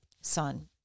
Son